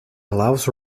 allows